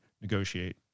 negotiate